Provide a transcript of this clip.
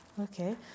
Okay